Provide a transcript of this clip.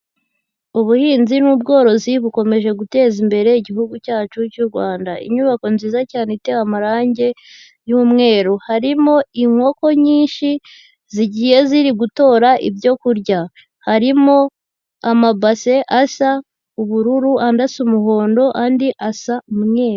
Ubuhinzi n'ubworozi bukomeje guteza imbere Igihugu cyacu cy'u Rwanda, inyubako nziza cyane itewe amarange y'umweru, harimo inkoko nyinshi zigiye ziri gutora ibyo kurya, harimo amabase asa ubururu, andi asa umuhondo, andi asa mu umweru.